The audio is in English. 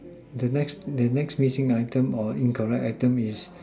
the next the next meeting item or incorrect item is